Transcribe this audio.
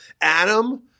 Adam